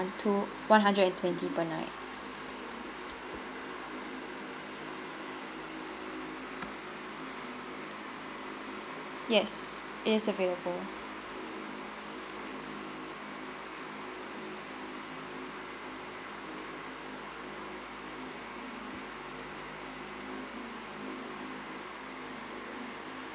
two one hundred and twenty per night yes it is available